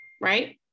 right